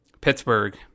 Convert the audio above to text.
Pittsburgh